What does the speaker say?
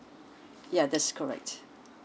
yeah that's correct